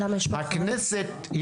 והכנסת,